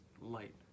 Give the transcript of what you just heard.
light